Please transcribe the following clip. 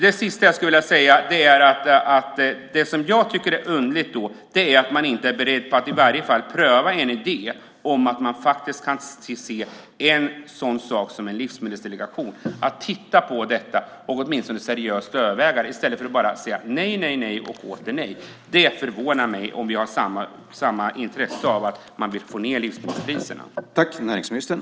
Det sista jag skulle vilja säga är att det är underligt att man inte är beredd att i varje fall pröva en idé om en livsmedelsdelegation. Man kan väl åtminstone titta på det och seriöst överväga det, i stället för att bara säga nej, nej och åter nej. Detta förvånar mig om vi har samma intresse av att få ned livsmedelspriserna.